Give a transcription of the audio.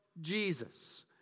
Jesus